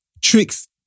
Tricks